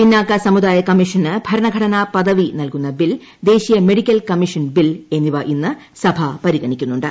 പിന്നാക്ക സമുദായ കമ്മീഷന് ഭരണഘടന പദവി നൽകുന്ന ബിൽ ദേശീയ മെഡിക്കൽ കമ്മീഷൻ ബിൽ എന്നിവ ഇന്ന് സഭ പരിഗണിക്കുന്നുണ്ട്